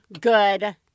good